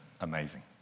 amazing